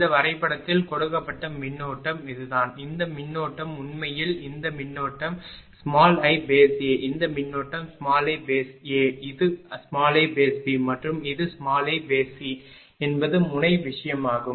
இந்த வரைபடத்தில் கொடுக்கப்பட்ட மின்னோட்டம் இதுதான் இந்த மின்னோட்டம் உண்மையில் இந்த மின்னோட்டம் iA இந்த மின்னோட்டம் iA இது iB மற்றும் இது iC என்பது முனை விஷயமாகும்